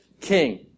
king